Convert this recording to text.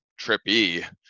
trippy